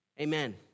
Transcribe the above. amen